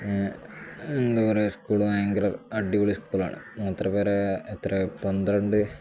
എന്താ പറയുക സ്കൂള് ഭയങ്കര അടിപൊളി സ്കൂളാണ് അത്ര വരെ എത്ര പന്ത്രണ്ട്